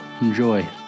Enjoy